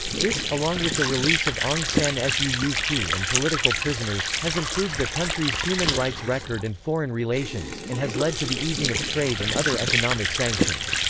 this, along with the release of aung san suu kyi and political prisoners, has improved the country's human rights record and foreign relations, and has led to the easing of trade and other economic sanctions.